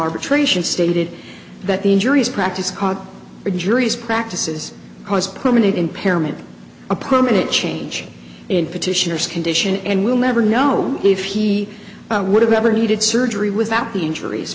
arbitration stated that the injuries practice car injuries practices cause permanent impairment a permanent change in petitioners condition and we'll never know if he would have ever needed surgery without the injuries